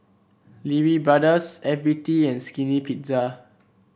Lee Wee Brothers F B T and Skinny Pizza